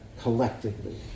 collectively